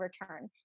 return